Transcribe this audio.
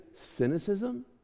cynicism